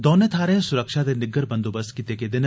दौनें थाहरें स्रक्षा दे निग्गर बंदोबस्त कीते गेदे न